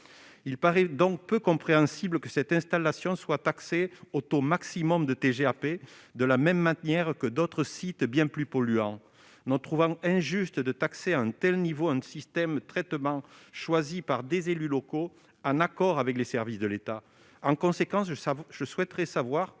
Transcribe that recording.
Il paraît donc peu compréhensible que cette installation soit taxée au taux maximum de TGAP, de la même manière que d'autres sites bien plus polluants. Nous trouvons injuste de taxer à un tel niveau un système de traitement choisi par des élus locaux en accord avec les services de l'État. Comment ces difficultés